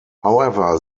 however